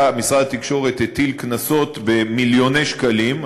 משרד התקשורת הטיל קנסות במיליוני שקלים.